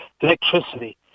Electricity